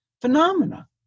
phenomena